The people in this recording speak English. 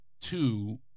two